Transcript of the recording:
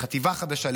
לחטיבה חדשה,